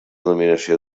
denominació